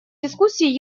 дискуссии